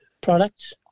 products